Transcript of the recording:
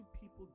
people